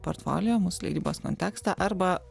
portfolio mūsų leidybos kontekstą arba